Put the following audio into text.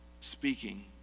speaking